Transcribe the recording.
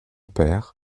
père